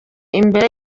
mbere